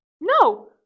No